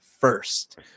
first